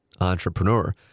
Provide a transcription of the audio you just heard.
entrepreneur